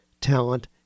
talent